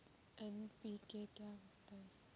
NPK क्या होता है?